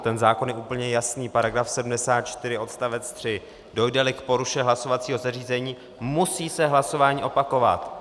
Ten zákon je úplně jasný § 74 odst. 3: dojdeli k poruše hlasovacího zařízení, musí se hlasování opakovat.